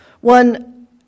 One